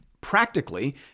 Practically